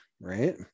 right